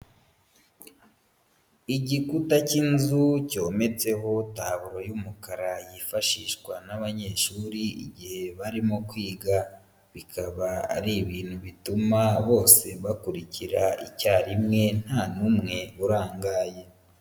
Igikuta k'inzu cyometseho taburo y'umukara yifashishwa n'abanyeshuri igihe barimo kwiga. Bikaba ari ibintu bituma bose bakurikira icyarimwe nta n'umwe urangaye.